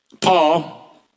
Paul